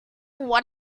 what